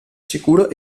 sicuro